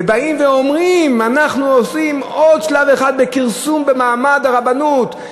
ובאים ואומרים: אנחנו עושים עוד שלב אחד בכרסום מעמד הרבנות.